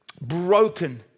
broken